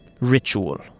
ritual